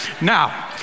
Now